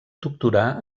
doctorà